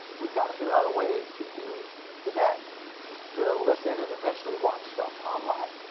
we've gotta figure out a way to use the net to listen and eventually watch stuff online.